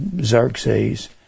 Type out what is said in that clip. Xerxes